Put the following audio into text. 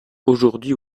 aujourd’hui